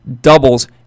doubles